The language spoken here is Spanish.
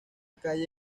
calle